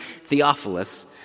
Theophilus